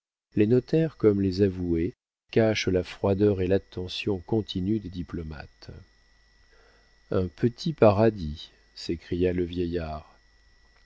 les notaires comme les avoués cachent la froideur et l'attention continue des diplomates un petit paradis s'écria le vieillard